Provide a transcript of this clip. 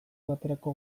baterako